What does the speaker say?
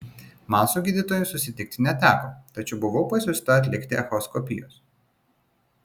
man su gydytoju susitikti neteko tačiau buvau pasiųsta atlikti echoskopijos